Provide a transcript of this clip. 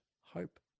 hope